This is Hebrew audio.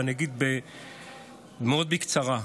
ואני אגיד מאוד בקצרה.